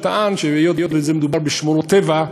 שטען שהיות שמדובר בשמורות טבע,